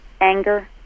anger